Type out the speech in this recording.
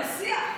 אלא שיח.